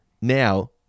now